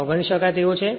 અવગણી શકાય તેવો છે